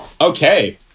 Okay